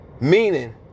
Meaning